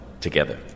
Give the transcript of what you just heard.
together